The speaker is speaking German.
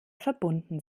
verbunden